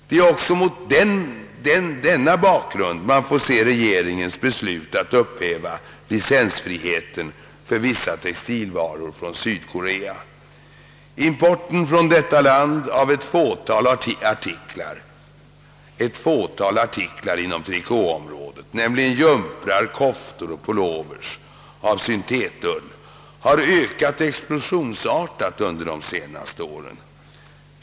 Det är också mot denna bakgrund man får se regeringens beslut att upphäva licensfriheten för vissa textilvaror från Sydkorea. Importen från detta land av ett fåtal artiklar inom trikåområdet, nämligen jumprar, koftor och pullovers av syntetull, har ökat explosionsartat under de senaste åren.